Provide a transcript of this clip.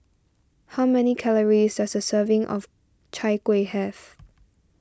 how many calories does a serving of Chai Kuih have